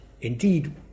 indeed